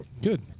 Good